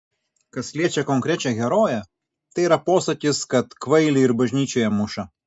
kas liečia konkrečią heroję tai yra posakis kad kvailį ir bažnyčioje muša